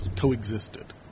coexisted